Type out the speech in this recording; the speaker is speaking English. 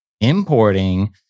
importing